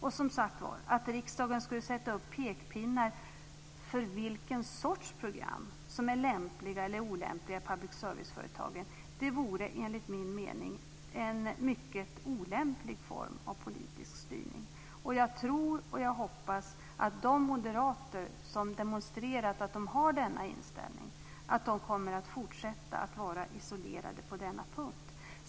Och, som sagt var, att riksdagen skulle sätta upp pekpinnar för vilken sorts program som är lämpliga eller olämpliga i public service-företagen vore enligt min mening en mycket olämplig form av politisk styrning. Jag tror och jag hoppas att de moderater som demonstrerat att de har denna inställning kommer att fortsätta att vara isolerade på denna punkt.